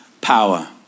power